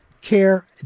care